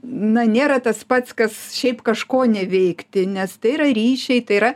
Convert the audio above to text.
na nėra tas pats kas šiaip kažko neveikti nes tai yra ryšiai tai yra